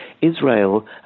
Israel